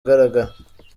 ugaragara